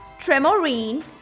tremorine